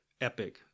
epic